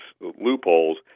loopholes